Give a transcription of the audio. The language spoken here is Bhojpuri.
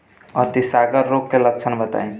अतिसार रोग के लक्षण बताई?